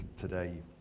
today